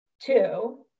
Two